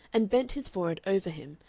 and bent his forehead over him,